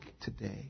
today